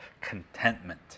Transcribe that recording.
contentment